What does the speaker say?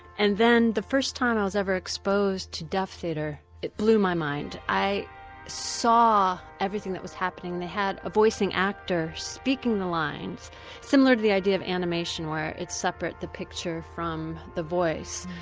and then the first time i was ever exposed to deaf theatre it blew my mind. i saw everything that was happening. they had a voicing actor speaking the lines similar to the idea of animation where it separates the picture from the voice,